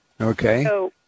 Okay